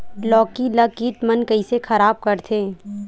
लौकी ला कीट मन कइसे खराब करथे?